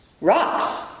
Rocks